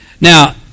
now